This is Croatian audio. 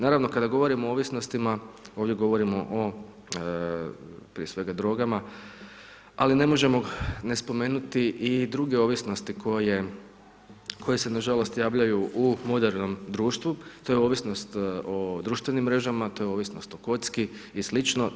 Naravno kada govorimo o ovisnostima, ovdje govorimo o prije svega drogama, ali ne možemo ne spomenuti i druge ovisnosti koje se nažalost javljaju u modernom društvu, to je ovisnost o društvenim mrežama, to je ovisnost o kocki i slično.